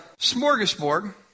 smorgasbord